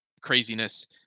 craziness